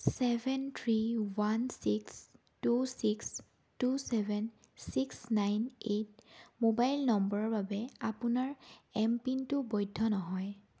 seven three one six two six two seven six nine eight mobile নম্বৰৰ বাবে আপোনাৰ M পিনটো বৈধ নহয়